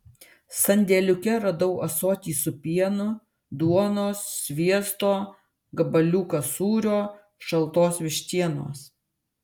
sandėliuke radau ąsotį su pienu duonos sviesto gabaliuką sūrio šaltos vištienos